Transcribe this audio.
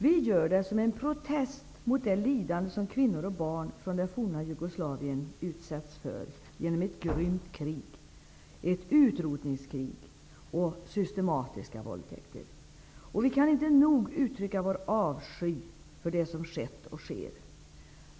Vi gör det som en protest mot det lidande som kvinnor och barn från det forna Jugoslavien utsätts för genom ett grymt krig -- ett utrotningskrig -- och systematiska våldtäkter. Vi kan inte nog uttrycka vår avsky för det som skett och sker.